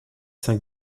cinq